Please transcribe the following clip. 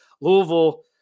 Louisville